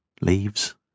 Leaves